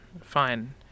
fine